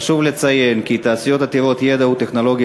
חשוב לציין כי תעשיות עתירות ידע וטכנולוגיה